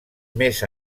més